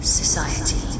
society